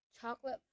chocolate